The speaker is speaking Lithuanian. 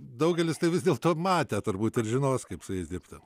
daugelis tai vis dėl to matę turbūt ir žinos kaip su jais dirbti